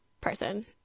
person